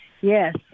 Yes